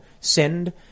sinned